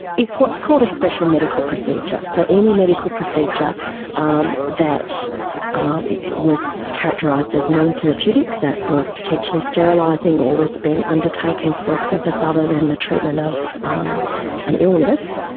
it's what's called a special medical procedure. so any medical procedure um that was characterised as non-therapeutic, that was potentially sterilising, or was being undertaken for a purpose other than the treatment of an illness